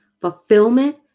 fulfillment